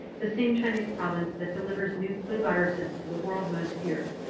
the same chinese province that delivers new flu viruses to the world most years.